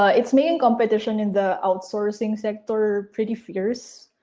ah its main competition in the outsourcing sector, pretty fierce.